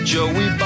Joey